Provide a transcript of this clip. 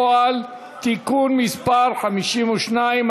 הצעת חוק ההוצאה לפועל (תיקון מס' 52),